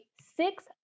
six